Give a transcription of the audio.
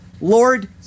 lord